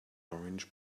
orange